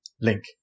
link